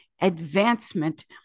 advancement